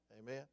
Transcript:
Amen